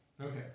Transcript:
Okay